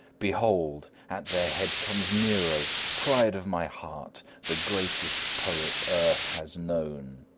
behold! at their head comes nero, pride of my heart, the greatest poet earth has known!